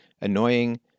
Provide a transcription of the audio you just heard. annoying